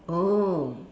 oh